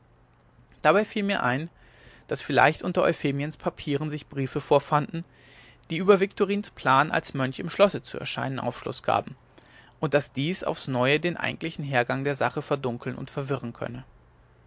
dabei fiel mir ein daß vielleicht unter euphemiens papieren sich briefe vorfanden die über viktorins plan als mönch im schlosse zu erscheinen aufschluß gaben und daß dies aufs neue den eigentlichen hergang der sache verdunkeln und verwirren könne